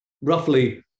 roughly